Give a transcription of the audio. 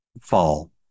fall